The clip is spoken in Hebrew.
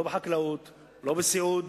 לא בחקלאות, לא בסיעוד,